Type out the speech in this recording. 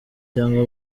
cyangwa